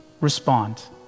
Respond